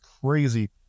crazy